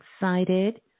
excited